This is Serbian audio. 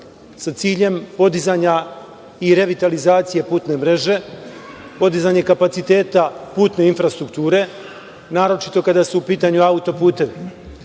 sa ciljem podizanja i revitalizacije putne mreže, podizanja kapaciteta putne infrastrukture, naročito kada su u pitanju autoputevi.U